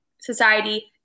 society